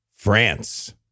France